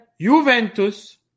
Juventus